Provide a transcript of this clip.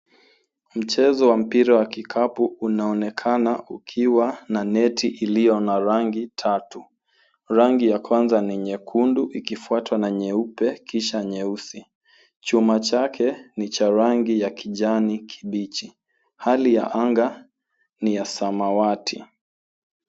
Mchezo wa mpira wa kikapu unaonekana ikiwa na neti iliyo na rangi tatu. Rangi ya kwanza ni nyekundu ikifuatwa na nyeupe kisha nyeusi. Chuma chake ni cha rangi ya kijani kibichi. Hali ya anga ni ya samawati.